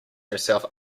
herself